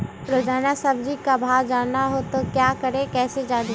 रोजाना सब्जी का भाव जानना हो तो क्या करें कैसे जाने?